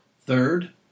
Third